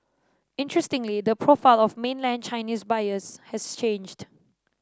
interestingly the profile of mainland Chinese buyers has changed